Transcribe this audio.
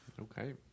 Okay